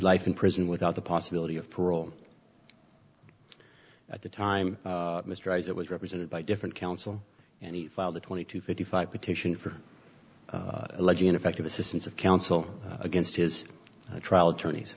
life in prison without the possibility of parole at the time mr eyes that was represented by different counsel and he filed a twenty two fifty five petition for alleging ineffective assistance of counsel against his trial attorneys